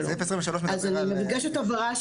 אז אני מבקשת הבהרה.